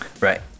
Right